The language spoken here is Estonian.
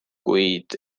kuid